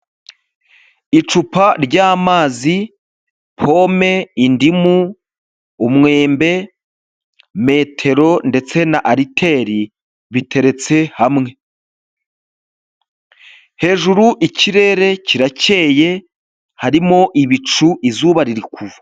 Icupa ry'amazi, pome, indimu, umwembe, metero ndetse na ariteri biteretse hamwe, hejuru ikirere kirakeye harimo ibicu izuba riri kuva.